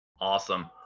Awesome